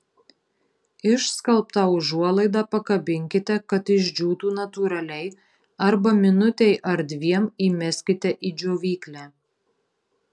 išskalbtą užuolaidą pakabinkite kad išdžiūtų natūraliai arba minutei ar dviem įmeskite į džiovyklę